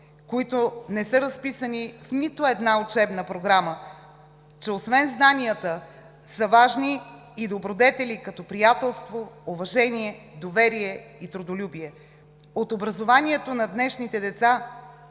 които не са разписани в нито една учебна програма – че освен знанията са важни и добродетели, като приятелство, уважение, доверие и трудолюбие. От образованието на днешните деца